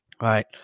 right